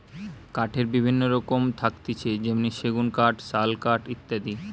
কাঠের বিভিন্ন রকম থাকতিছে যেমনি সেগুন কাঠ, শাল কাঠ ইত্যাদি